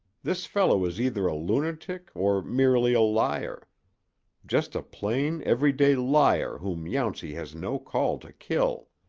this fellow is either a lunatic or merely a liar just a plain, every-day liar whom yountsey has no call to kill.